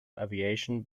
aviation